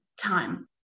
time